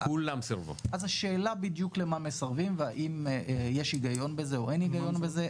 אז השאלה בדיוק למה מסרבים והאם יש היגיון בזה או אין היגיון בזה.